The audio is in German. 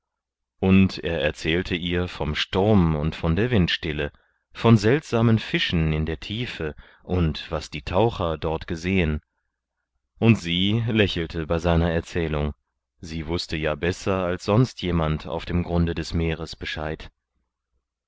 und er erzählte ihr vom sturm und von der windstille von seltsamen fischen in der tiefe und was die taucher dort gesehen und sie lächelte bei seiner erzählung sie wußte ja besser als sonst jemand auf dem grunde des meeres bescheid